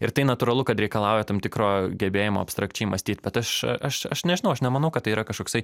ir tai natūralu kad reikalauja tam tikro gebėjimo abstrakčiai mąstyt bet aš aš aš nežinau aš nemanau kad tai yra kažkoksai